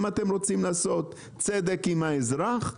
אם אתם רוצים לעשות צדק עם האזרח,